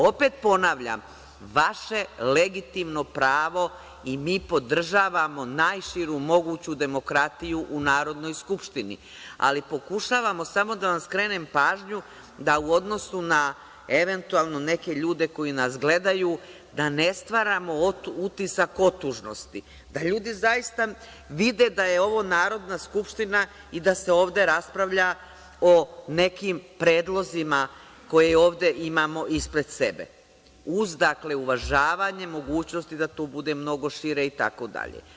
Opet, ponavljam, vaše legitimno pravo i mi podržavamo najširu moguću demokratiju u Narodnoj skupštini, ali pokušavamo, samo da vam skrenem pažnju, da u odnosu na eventualno neke ljude koji nas gledaju da ne stvaramo utisak otužnosti, da ljudi zaista vide da je ovo Narodna skupština i da se ovde raspravlja o nekim predlozima koje ovde imamo ispred sebe uz uvažavanje mogućnosti da to bude mnogo šire itd.